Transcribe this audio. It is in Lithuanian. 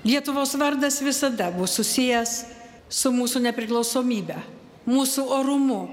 lietuvos vardas visada bus susijęs su mūsų nepriklausomybe mūsų orumu